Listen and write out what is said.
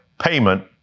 payment